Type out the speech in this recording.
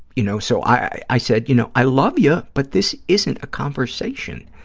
you know, so i i said, you know, i love you, but this isn't a conversation.